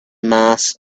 mass